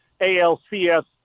ALCS